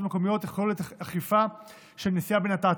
המקומיות יכולת אכיפה של נסיעה בנת"צים.